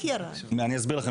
אני אסביר לכם,